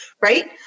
Right